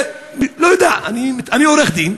לא יודע, אני עורך-דין,